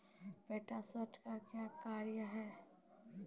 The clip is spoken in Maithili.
पोटास का क्या कार्य हैं?